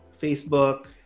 Facebook